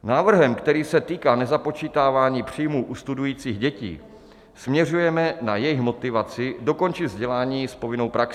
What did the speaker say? Návrhem, který se týká nezapočítávání příjmů u studujících dětí, směřujeme na jejich motivaci dokončit vzdělání s povinnou praxí.